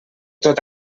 tot